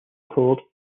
called